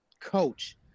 coach